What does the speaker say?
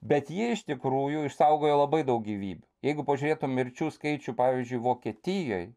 bet jie iš tikrųjų išsaugojo labai daug gyvybių jeigu pažiūrėtum mirčių skaičių pavyzdžiui vokietijoj